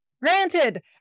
granted